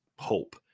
hope